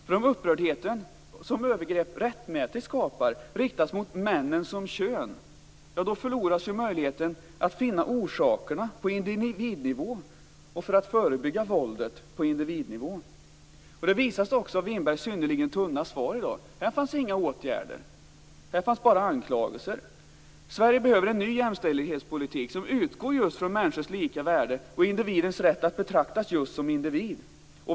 Om den upprördhet, som övergrepp rättmätigt skapar, riktas mot männen som kön förloras ju möjligheten att finna orsakerna på individnivå och att förebygga våldet på individnivå. Det visar också Winbergs synnerligen tunna svar i dag. Där fanns inga åtgärder, utan där fanns bara anklagelser. Sverige behöver en ny jämställdhetspolitik som utgår just från människors lika värde och individens rätt att betraktas just som individ.